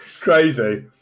Crazy